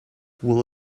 will